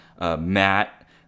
Matt